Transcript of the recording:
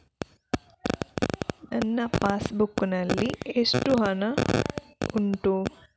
ನನ್ನ passbook ನಲ್ಲಿ ಎಷ್ಟು ಹಣ ಉಂಟು?